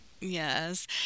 Yes